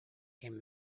came